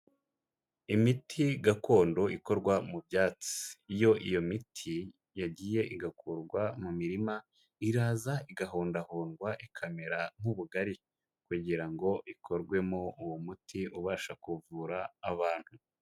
Imiti gakondo ikorwa mu byatsi. Iyo iyo miti yagiye igakurwa mu mirima, iraza igahondahondwa, ikamera nk'ubugari kugira ngo ikorwemo uwo muti ubasha kuvura abantu.